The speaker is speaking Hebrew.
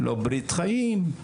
לא ברית חיים,